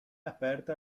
aperta